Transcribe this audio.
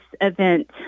event